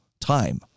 time